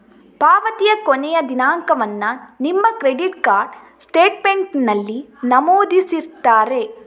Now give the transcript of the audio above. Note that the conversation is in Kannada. ಪಾವತಿಯ ಕೊನೆಯ ದಿನಾಂಕವನ್ನ ನಿಮ್ಮ ಕ್ರೆಡಿಟ್ ಕಾರ್ಡ್ ಸ್ಟೇಟ್ಮೆಂಟಿನಲ್ಲಿ ನಮೂದಿಸಿರ್ತಾರೆ